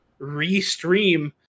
restream